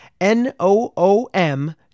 N-O-O-M